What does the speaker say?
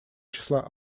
числа